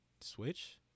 Switch